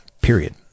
Period